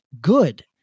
good